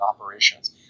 operations